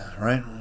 right